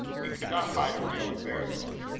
it could not hide a real embarrassment.